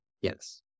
Yes